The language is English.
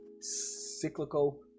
cyclical